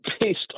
based